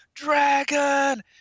dragon